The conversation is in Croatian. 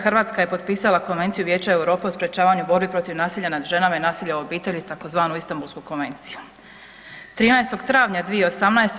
Hrvatska je potpisala Konvenciju Vijeća Europe o sprečavanju u borbi protiv nasilja nad ženama i nasilja u obitelji tzv. Istambulsku konvenciju, 13. travnja 2018.